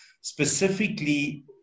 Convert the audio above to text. specifically